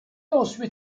ensuite